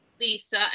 Lisa